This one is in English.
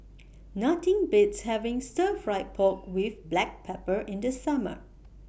Nothing Beats having Stir Fry Pork with Black Pepper in The Summer